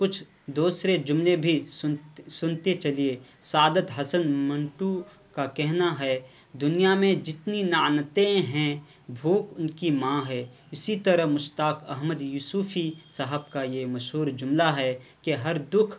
کچھ دوسرے جملے بھی سن سنتے چلیے سعادت حسن منٹو کا کہنا ہے دنیا میں جتنی لعنتیں ہیں بھوک ان کی ماں ہیں اسی طرح مشتاق احمد یوسفی صاحب کا یہ مشہور جملہ ہے کہ ہر دکھ